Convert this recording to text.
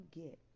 get